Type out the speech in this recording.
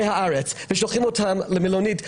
בארץ, למלונית.